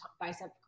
bicep